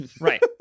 Right